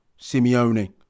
Simeone